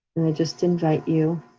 just invite you